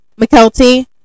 McKelty